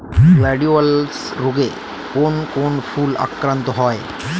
Gladiolus রোগে কোন কোন ফুল আক্রান্ত হয়?